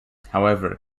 however